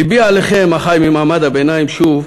לבי עליכם, אחי ממעמד הביניים, שוב,